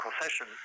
concession